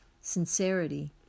sincerity